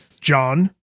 John